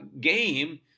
game